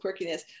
quirkiness